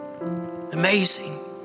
Amazing